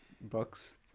books